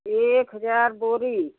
एक हज़ार बोरी